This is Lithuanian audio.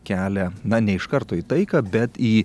kelią na ne iš karto į taiką bet į